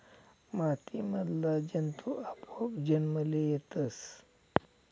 माती मधला जंतु आपोआप जन्मले येतस